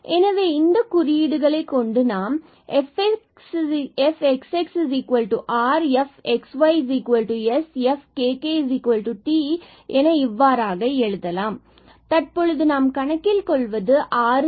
எனவே இந்த குறியீடுகளைக் கொண்டு நாம் fxx r fxy s fkk t என இவ்வாறாக எழுதலாம் f12h2r2hksk2t எனவே தற்பொழுது நாம் கணக்கில் கொள்வது r≠0 இவ்வாறாக எடுத்துக்கொள்ளலாம்